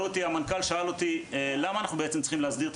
כשהמנכ"ל שאל אותי למה אנחנו צריכים להסדיר את